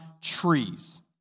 trees